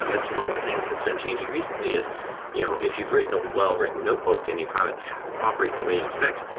um and so one of the things that's been changing recently is you know if you've written a well-written notebook and you have it operate the way you expect,